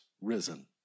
risen